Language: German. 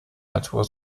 natur